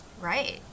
right